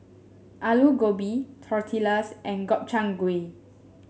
Alu Gobi Tortillas and Gobchang Gui